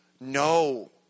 no